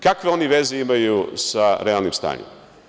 Kakve oni veze imaju sa realnim stanjem?